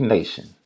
Nation